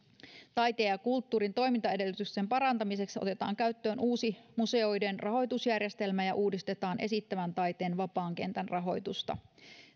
taiteen ja kulttuurin toimintaedellytysten parantamiseksi otetaan käyttöön uusi museoiden rahoitusjärjestelmä ja uudistetaan esittävän taiteen vapaan kentän rahoitusta